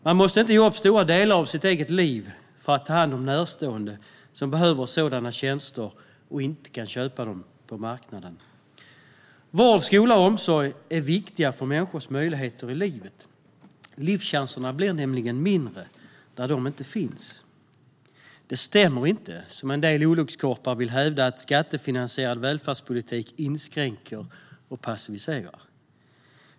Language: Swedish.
Man måste inte ge upp stora delar av sitt eget liv för att ta hand om närstående som behöver sådana tjänster och inte kan köpa dem på marknaden. Vård, skola och omsorg är viktiga för människors möjligheter i livet. Livschanserna blir mindre när de inte finns. Det stämmer inte, som en del olyckskorpar vill hävda, att skattefinansierad välfärdspolitik inskränker och passiviserar.